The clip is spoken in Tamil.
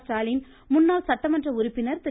ஸ்டாலின் முன்னாள் சட்டமன்ற உறுப்பினர் திரு